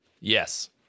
Yes